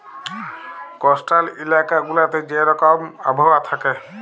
coastal ইলাকা গুলাতে যে রকম আবহাওয়া থ্যাকে